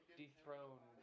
dethrone